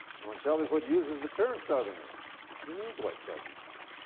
and when shelby foote uses the term southerner he means white southerners.